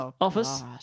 office